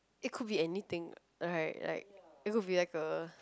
it could be anything right like it would be like a